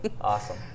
Awesome